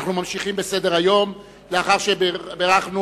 אנחנו ממשיכים בסדר-היום לאחר שבירכנו.